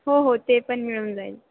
हो हो ते पण मिळून जाईल